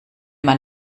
man